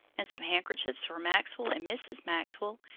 and some handkerchiefs for maxwell and mrs. maxwell,